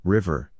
River